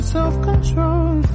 self-control